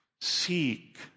seek